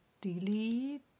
Delete